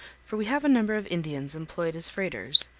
for we have a number of indians employed as freighters.